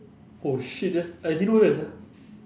oh shit that's I didn't know that sia